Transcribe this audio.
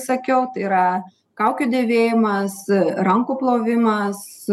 sakiau tai yra kaukių dėvėjimas rankų plovimas